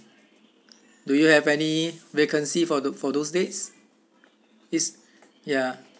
do you have any vacancy for the for those days yes ya